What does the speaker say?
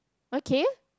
okay